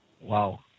Wow